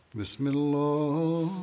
Bismillah